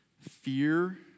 fear